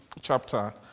chapter